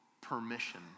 permission